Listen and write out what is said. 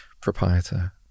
proprietor